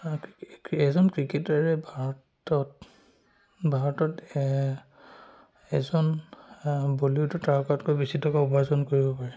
ক্ৰিকে এজন ক্ৰিকেটাৰে ভাৰতত ভাৰতত এজন বলিউডৰ তাৰকাতকৈ বেছি টকা উপাৰ্জন কৰিব পাৰে